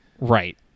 Right